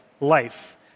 life